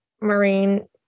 marine